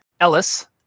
Ellis